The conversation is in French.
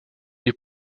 les